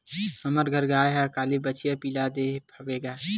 हमर घर गाय ह काली बछिया पिला दे हवय गा